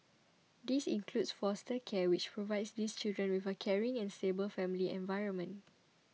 this includes foster care which provides these children with a caring and stable family environment